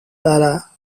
tara